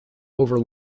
over